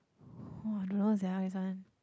!wah! I don't know sia this one